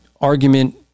argument